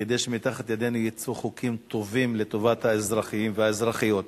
כדי שיצאו מתחת ידינו חוקים טובים לטובת האזרחים והאזרחיות.